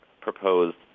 proposed